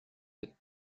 the